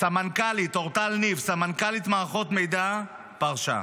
סמנכ"לית אורטל ניב, סמנכ"לית מערכות מידע, פרשה.